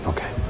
Okay